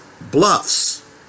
bluffs